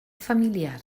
familiar